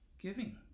giving